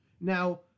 Now